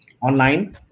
online